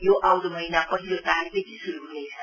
यो आउँदो महिना पहिलो तारिखदेखि श्रु हनेछ